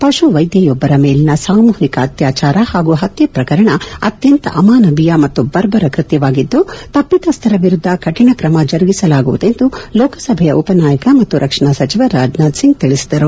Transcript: ಪಶು ವೈದ್ಯೊಬ್ಬರ ಮೇಲಿನ ಸಾಮೂಹಿಕ ಅತ್ಕಾಚಾರ ಹಾಗೂ ಪತ್ತೆ ಪ್ರಕರಣ ಅತ್ಯಂತ ಅಮಾನವೀಯ ಮತ್ತು ಬರ್ಬರ ಕೃತ್ಯವಾಗಿದ್ದು ತಪ್ಪಿತಸ್ಥರ ವಿರುದ್ಧ ಕಠಿಣ ಕ್ರಮ ಜರುಗಿಸಲಾಗುವುದು ಎಂದು ಲೋಕಸಭೆಯ ಉಪ ನಾಯಕ ಮತ್ತು ರಕ್ಷಣಾ ಸಚಿವ ರಾಜನಾಥ್ ಸಿಂಗ್ ತಿಳಿಸಿದರು